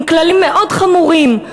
עם כללים מאוד חמורים,